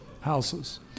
houses